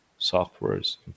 softwares